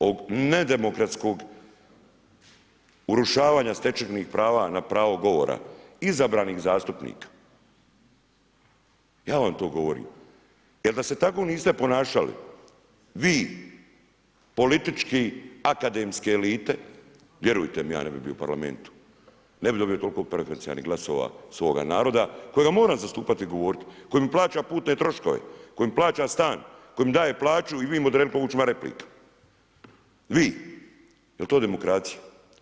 O nedemokratskog urušavanja stečajnih prava na pravo govora izabranih zastupnika ja vam to govorim, jer da se tako niste ponašali, vi politički akademske elite, vjerujte mi, ja ne bi bio u parlamentu, ne bi dobio toliko periferijalnih glasova s ovoga naroda, kojega moram zastupati i govoriti koji mi plaća putne troškove, koji mi plaća stan, koji mi daje plaću i vi mu … Vi, jel to demokracija?